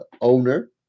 owner